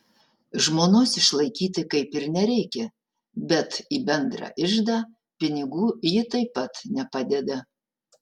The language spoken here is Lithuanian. žmonos išlaikyti kaip ir nereikia bet į bendrą iždą pinigų ji taip pat nepadeda